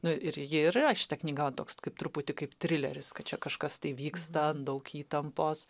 nu ir ji ir yra šita knyga va toks kaip truputį kaip trileris kad čia kažkas tai vyksta daug įtampos